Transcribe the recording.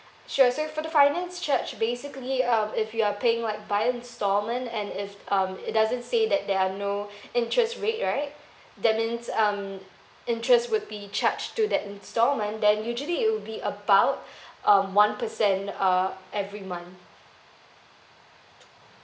sure so for the finance charge basically um if you're paying like by instalment and if um it doesn't say that there are no interest rate right that means um interest would be charge to that instalment then usually it will be about um one per cent uh every month